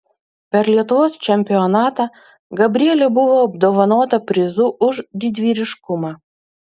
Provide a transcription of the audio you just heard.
per lietuvos čempionatą gabrielė buvo apdovanota prizu už didvyriškumą